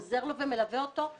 עוזר לו ומלווה אותו,